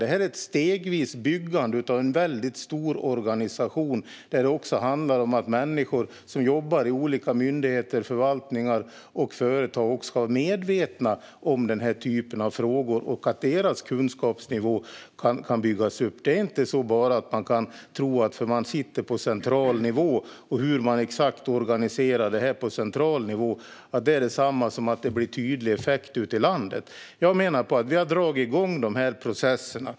Detta är ett stegvist byggande av en väldigt stor organisation, där det också handlar om att människor som jobbar vid olika myndigheter, förvaltningar och företag ska vara medvetna om denna typ av frågor och att deras kunskapsnivå kan byggas upp. Bara för att man sitter på central nivå och vet exakt hur man organiserar detta där kan man inte tro att det är detsamma som att det blir en tydlig effekt ute i landet. Jag menar att vi har dragit igång de här processerna.